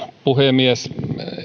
puhemies